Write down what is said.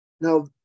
Now